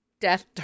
death